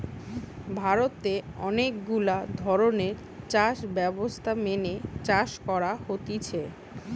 ভারতে অনেক গুলা ধরণের চাষ ব্যবস্থা মেনে চাষ করা হতিছে